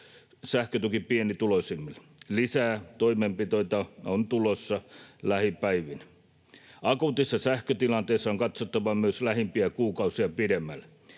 sähkötuki pienituloisimmille. Lisää toimenpiteitä on tulossa lähipäivinä. Akuutissa sähkötilanteessa on katsottava myös lähimpiä kuukausia pidemmälle.